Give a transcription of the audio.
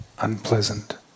unpleasant